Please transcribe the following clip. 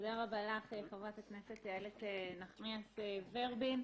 תודה רבה לך חברת הכנסת איילת נחמיאס ורבין.